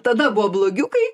tada buvo blogiukai